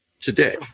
today